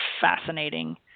fascinating